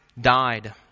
died